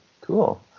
cool